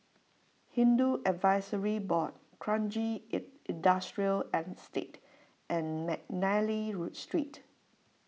Hindu Advisory Board Kranji it Industrial Estate and McNally Street